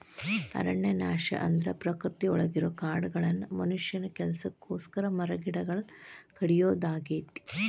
ಅರಣ್ಯನಾಶ ಅಂದ್ರ ಪ್ರಕೃತಿಯೊಳಗಿರೋ ಕಾಡುಗಳನ್ನ ಮನುಷ್ಯನ ಕೆಲಸಕ್ಕೋಸ್ಕರ ಮರಗಿಡಗಳನ್ನ ಕಡಿಯೋದಾಗೇತಿ